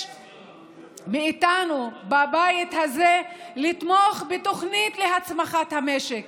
מאיתנו בבית הזה לתמוך בתוכנית להצמחת המשק.